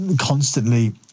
constantly